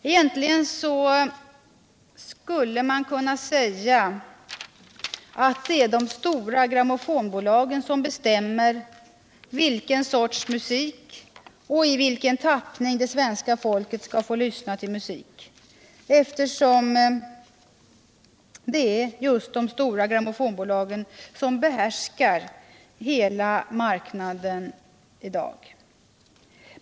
Egentligen skulle man kunna säga att det är de stora grammofonbolagen som bestämmer vilken sorts musik och i vilken tappning det svenska folker skall få lyssna till musik, eftersom det är de stora grammofonbolagen som behärskar hela marknaden.